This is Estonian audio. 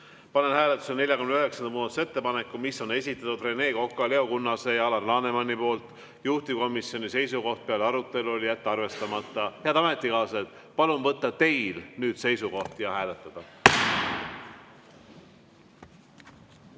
Panen hääletusele 49. muudatusettepaneku, mille on esitanud Rene Kokk, Leo Kunnas ja Alar Laneman. Juhtivkomisjoni seisukoht peale arutelu oli jätta see arvestamata. Head ametikaaslased, palun võtta teil nüüd seisukoht ja hääletada!